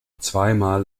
zweimal